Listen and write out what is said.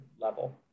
level